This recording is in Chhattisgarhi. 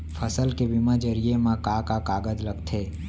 फसल के बीमा जरिए मा का का कागज लगथे?